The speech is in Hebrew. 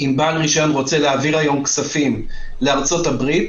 אם בעל רישיון רוצה להעביר היום כספים לארצות הברית